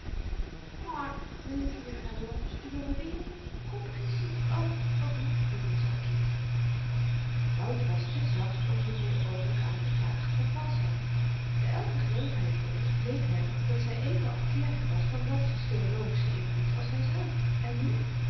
lieve juffrouw laps de jongen wil niet koppig is-i o wat moet ik doen met zoo'n kind wouter was te zacht om z'n moeder openlyk aanteklagen van valsheid by elke gelegenheid immers bleek hem dat zy even afkeerig was van lapsisch theologischen invloed als hy zelf en nu